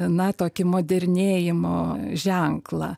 na tokį modernėjimo ženklą